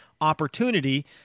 opportunity